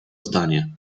zdanie